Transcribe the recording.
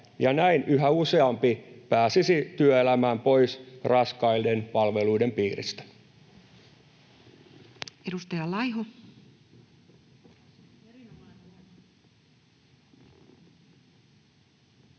näin yhä useampi pääsisi työelämään pois raskaiden palveluiden piiristä. Edustaja Laiho. Arvoisa